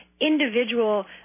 individual